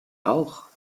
auch